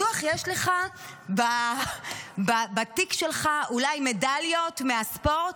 יש לך בתיק אולי מדליות מהספורט?